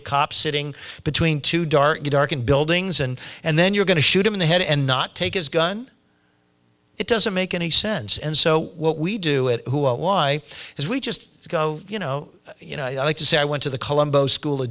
a cop sitting between two dark dark and buildings and and then you're going to shoot him in the head and not take his gun it doesn't make any sense and so what we do it who what why as we just go you know you know i'd like to say i went to the colombo school